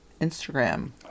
Instagram